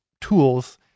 tools